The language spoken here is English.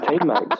teammates